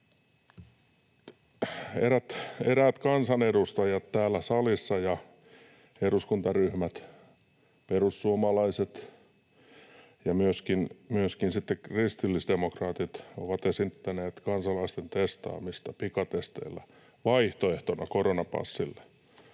Eräät kansanedustajat täällä salissa ja eduskuntaryhmät, perussuomalaiset ja myöskin sitten kristillisdemokraatit, ovat esittäneet kansalaisten testaamista pikatesteillä vaihtoehtona koronapassille.